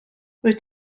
wyt